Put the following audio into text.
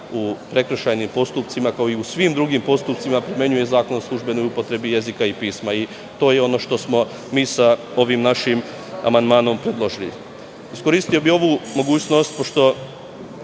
u prekršajnim postupcima kao i u svim drugim postupcima primenjuje Zakon o službenoj upotrebi jezika i pisma. To je ono što smo mi sa ovim našim amandmanom predložili. Iskoristio bih ovu priliku pošto